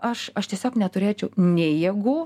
aš aš tiesiog neturėčiau nei jėgų